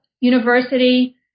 University